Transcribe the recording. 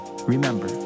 remember